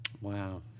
Wow